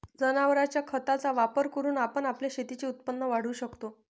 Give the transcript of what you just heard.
जनावरांच्या खताचा वापर करून आपण आपल्या शेतीचे उत्पन्न वाढवू शकतो